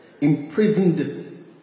imprisoned